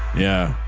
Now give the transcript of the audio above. yeah.